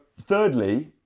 Thirdly